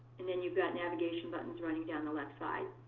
and then you've got navigation buttons running down the left side.